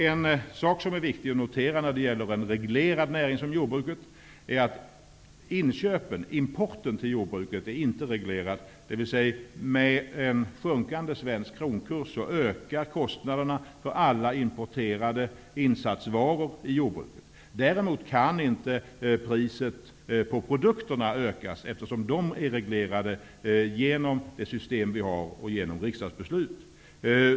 En sak som är viktig att notera när det gäller en reglerad näring som jordbruket är att importen till jordbruket inte är reglerad, dvs. att en sjunkande svensk kronkurs ökar kostnaderna för alla importerade insatsvaror i jordbruket. Däremot kan inte priserna på produkterna ökas, eftersom de är reglerade genom det system som vi har och genom riksdagsbeslut.